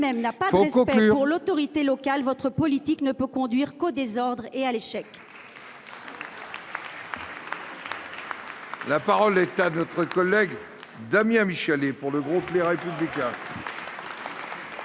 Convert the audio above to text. n’a pas de respect pour l’autorité locale, votre politique ne peut conduire qu’au désordre et à l’échec. La parole est à M. Damien Michallet, pour le groupe Les Républicains.